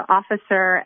officer